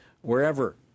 wherever